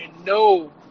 no